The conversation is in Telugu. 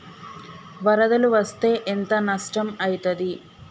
వరదలు వస్తే ఎంత నష్టం ఐతది?